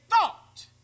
thought